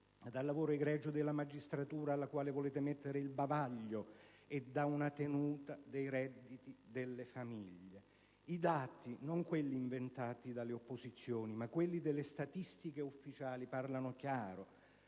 al lavoro egregio della magistratura, alla quale volete mettere il bavaglio) e ad una tenuta dei redditi delle famiglie messa a dura prova. I dati, non quelli inventati dalle opposizioni, ma quelli delle statistiche ufficiali, parlano chiaro: